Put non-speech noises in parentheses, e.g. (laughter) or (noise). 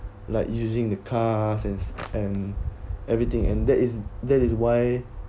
like using the car's (noise) and everything and that is that is why